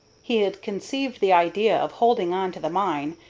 he had conceived the idea of holding on to the mine,